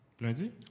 Lundi